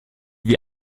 wie